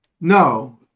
No